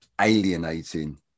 alienating